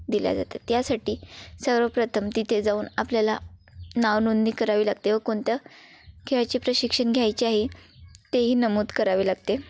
दिल्या जातात त्यासाठी सर्वप्रथम तिथे जाऊन आपल्याला नावनोंदणी करावी लागते व कोणत्या खेळाचे प्रशिक्षण घ्यायचे आहे ते ही नमूद करावे लागते